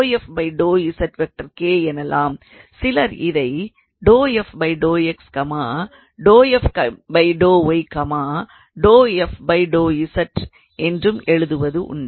சிலர் இதை என்றும் எழுதுவதுண்டு